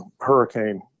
hurricane